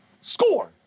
score